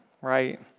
right